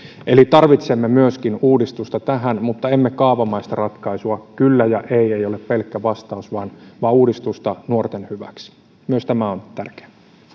eli tarvitsemme myöskin uudistusta tähän mutta emme kaavamaista ratkaisua pelkkä kyllä ja ei ei ole vastaus vaan vaan uudistusta nuorten hyväksi myös tämä on tärkeää